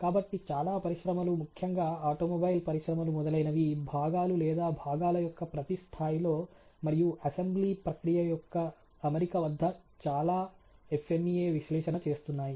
కాబట్టి చాలా పరిశ్రమలు ముఖ్యంగా ఆటోమొబైల్ పరిశ్రమలు మొదలైనవి భాగాలు లేదా భాగాల యొక్క ప్రతి స్థాయిలో మరియు అసెంబ్లీ ప్రక్రియ యొక్క అమరిక వద్ద చాలా FMEA విశ్లేషణ చేస్తున్నాయి